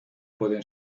pueden